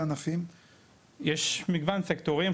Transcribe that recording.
יש מגוון סקטורים.